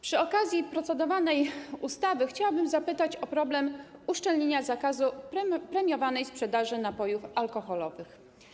Przy okazji procedowanej ustawy chciałabym zapytać o problem uszczelnienia zakazu premiowanej sprzedaży napojów alkoholowych.